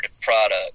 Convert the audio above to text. product